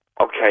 Okay